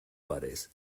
bodies